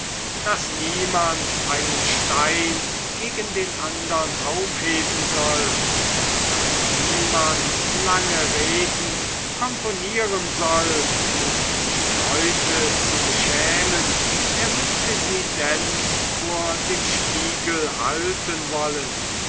daß niemand einen stein gegen den andern aufheben soll und daß niemand lange reden komponieren soll um die leute zu beschämen er müßte sie denn vor dem spiegel halten wollen